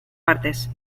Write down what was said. partes